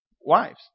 wives